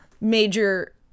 major